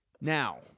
Now